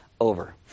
over